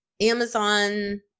Amazon